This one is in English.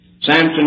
Samson